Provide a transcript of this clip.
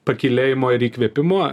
pakylėjimo ir įkvėpimo